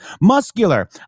Muscular